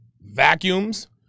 vacuums